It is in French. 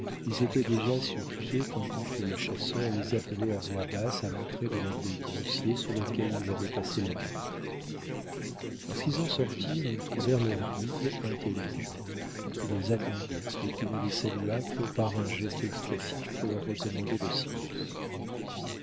ils étaient déjà sur pied tandis que le chasseur les appelait à voix basse à l'entrée de l'abri grossier sous lequel ils avaient passé la nuit lorsqu'ils en sortirent ils trouvèrent leur guide intelligent qui les attendait et qui ne les salua que par un geste expressif pour leur recommander le silence